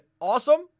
awesome